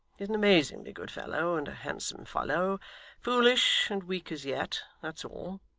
he's an amazingly good fellow, and a handsome fellow foolish and weak as yet that's all.